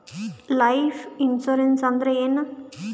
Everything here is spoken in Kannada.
ಲೈಫ್ ಇನ್ಸೂರೆನ್ಸ್ ಅಂದ್ರ ಏನ?